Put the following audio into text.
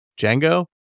Django